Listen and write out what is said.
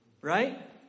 Right